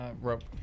rope